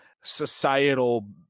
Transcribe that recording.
societal